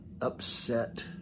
upset